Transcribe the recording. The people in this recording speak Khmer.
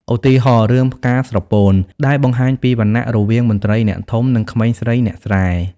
ឧទាហរណ៍ រឿង ផ្កាស្រពោន ដែលបង្ហាញពីវណ្ណៈរវាងមន្ត្រីអ្នកធំ និងក្មេងស្រីអ្នកស្រែ។